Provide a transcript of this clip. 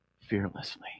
fearlessly